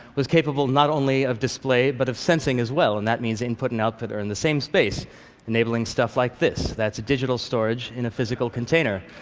capable, not only of display but of sensing as well. and that means input and output are in the same space enabling stuff like this. that's a digital storage in a physical container.